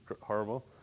horrible